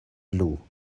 plu